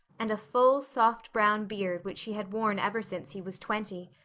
and a full, soft brown beard which he had worn ever since he was twenty.